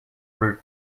route